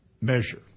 measure